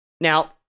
Now